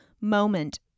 moment